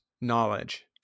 knowledge